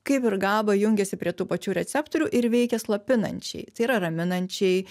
kaip ir gaba jungiasi prie tų pačių receptorių ir veikia slopinančiai tai yra raminančiai